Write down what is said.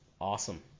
Awesome